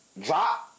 drop